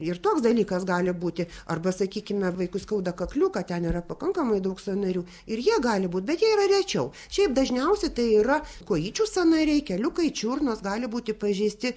ir toks dalykas gali būti arba sakykime vaikui skauda kakliuką ten yra pakankamai daug sąnarių ir jie gali būt bet jei yra rečiau šiaip dažniausiai tai yra kojyčių sąnariai keliukai čiurnos gali būti pažeisti